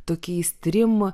tokiais trim